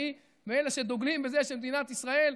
אני מאלה שדוגלים בזה שמדינת ישראל,